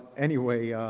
anyway.